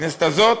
בכנסת הזאת?